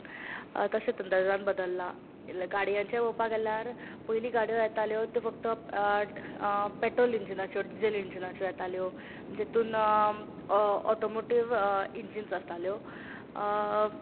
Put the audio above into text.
तशें संदर्भांत बदल्ला गाडयांचे पळोवपाक गेल्यार पयली गाडयो येताल्यो त्यो फक्त पेट्रोल इंजिनाच्यो डिझल इंजिनाच्यो येताल्यो जेतुंत ऑटोमोटिव इंजिन्स आसताल्यो